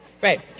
Right